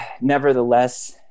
nevertheless